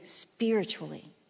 spiritually